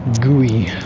gooey